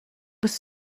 was